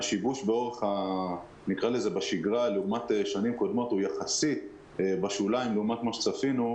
והשיבוש בשגרה לעומת שנים קודמות הוא יחסית בשוליים לעומת מה שצפינו.